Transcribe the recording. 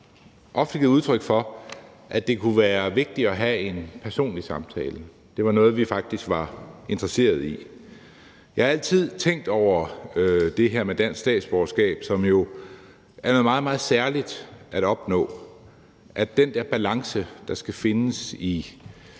ofte har givet udtryk for, at det kunne være vigtigt at have en personlig samtale. Det var noget, vi faktisk var interesseret i. Jeg har altid tænkt over det her med dansk statsborgerskab, som jo er noget meget, meget særligt at opnå, og tænkt på, hvordan man